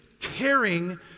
caring